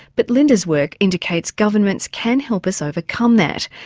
but linda's work indicates governments can help us overcome that.